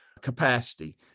capacity